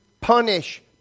punish